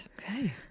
Okay